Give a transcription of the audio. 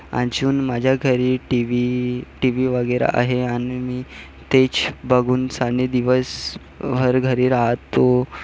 अजून माझ्या घरी टी व्ही टी व्ही वगैरे आहे आणि मी तेच बघूनसानी दिवसभर घरी राहतो